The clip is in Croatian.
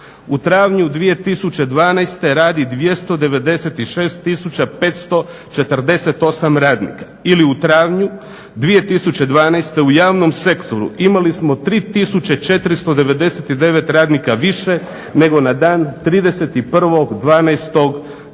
U travnju 2012. radi 296548 radnika, ili u travnju 2012. u javnom sektoru imali smo 3499 radnika više nego na dan 31.12.2011. godine.